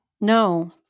No